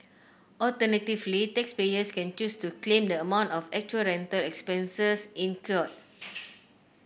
alternatively taxpayers can choose to claim the amount of actual rental expenses incurred